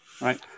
right